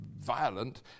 violent